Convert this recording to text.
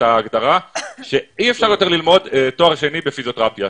ההגדרה שאי אפשר יותר ללמוד תואר שני בפיזיותרפיה.